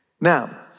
Now